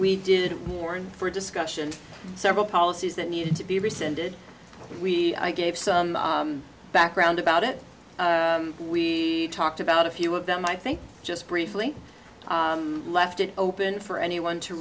we did more and for discussion several policies that needed to be rescinded we gave some background about it we talked about a few of them i think just briefly left it open for anyone to